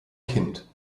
kind